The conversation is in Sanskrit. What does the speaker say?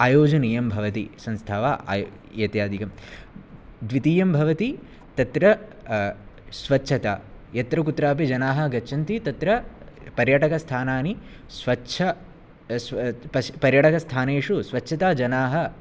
आयोजनीयं भवति संस्था वा आय् इत्यादिकं द्वितीयं भवति तत्र स्वच्छता यत्र कुत्रापि जनाः गच्छन्ति तत्र पर्यटकस्थानानि स्वच्छ पर्यटकस्थानेषु स्वच्छता जनाः